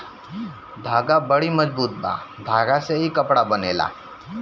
धागा बड़ी मजबूत बा धागा से ही कपड़ा बनेला